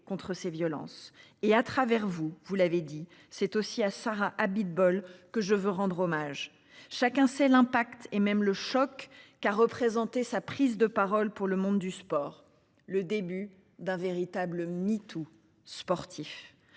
contre ces violences et à travers vous, vous l'avez dit, c'est aussi à Sarah Abitbol que je veux rendre hommage, chacun sait l'impact et même le choc qu'a représenté sa prise de parole pour le monde du sport. Le début d'un véritable MeToo sportif